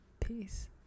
Peace